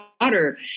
water